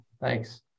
thanks